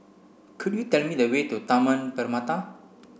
could you tell me the way to Taman Permata